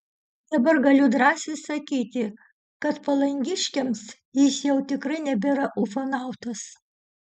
dabar galiu drąsiai sakyti kad palangiškiams jis jau tikrai nebėra ufonautas